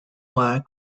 wire